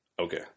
Okay